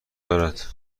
دارد